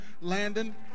Landon